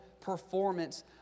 performance